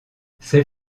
ces